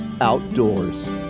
outdoors